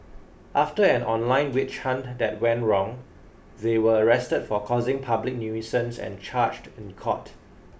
after an online witch hunt that went wrong they were arrested for causing public nuisance and charged in court